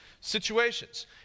situations